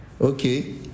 Okay